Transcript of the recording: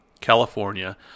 California